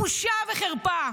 בושה וחרפה.